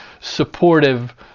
supportive